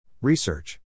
Research